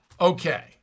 Okay